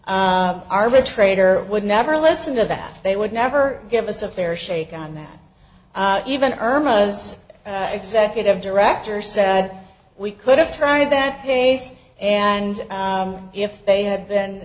arbitrator would never listen to that they would never give us a fair shake and that even irma as executive director said we could have tried that pace and if they had been